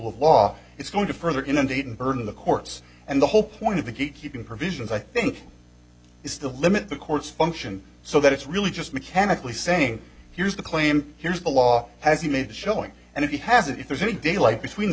of law it's going to further inundating burn the courts and the whole point of the gatekeeping provisions i think is to limit the court's function so that it's really just mechanically saying here's the claim here's the law has he made a showing and if he has if there's any daylight between the